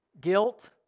Guilt